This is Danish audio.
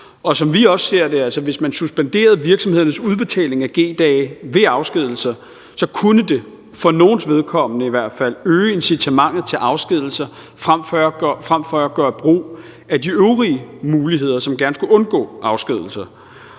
vi ser det, kunne det, hvis man så suspenderede virksomhedernes udbetaling af G-dage ved afskedigelser, øge incitamentet, for nogles vedkommende i hvert fald, til at bruge afskedigelser frem for at bruge de øvrige muligheder, så man gerne skulle undgå afskedigelser.